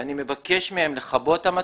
ואני מבקש מהם לכבות את המצלמות.